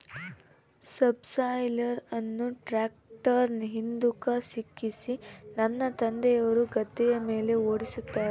subsoiler ಅನ್ನು ಟ್ರ್ಯಾಕ್ಟರ್ನ ಹಿಂದುಕ ಸಿಕ್ಕಿಸಿ ನನ್ನ ತಂದೆಯವರು ಗದ್ದೆಯ ಮೇಲೆ ಓಡಿಸುತ್ತಾರೆ